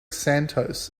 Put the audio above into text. santos